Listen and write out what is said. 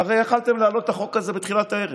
הרי יכולתם להעלות את החוק הזה בתחילת הערב,